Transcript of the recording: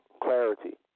clarity